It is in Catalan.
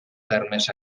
termes